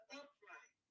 upright